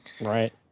Right